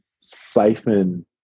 siphon